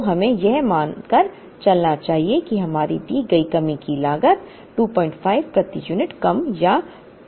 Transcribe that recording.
तो हमें यह मानकर चलना चाहिए कि हमारी दी गई कमी की लागत 25 प्रति यूनिट कम या 25 प्रति यूनिट कम है